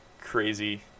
crazy